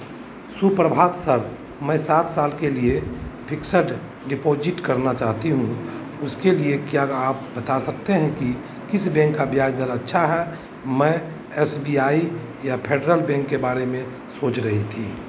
सुप्रभात सर मैं सात साल के लिए फिक्सड डिपॉजिट करना चाहती हूँ उसके लिए क्या आप बता सकते हैं कि किस बैंक का ब्याज दर अच्छा है मैं एस बी आई या फेडरल बैंक के बारे में सोच रही थी